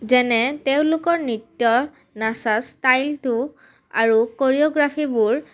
যেনে তেওঁলোকৰ নৃত্য নাচা ষ্টাইলটো আৰু কৰিয়োগ্ৰাফিবোৰ